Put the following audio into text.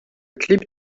clip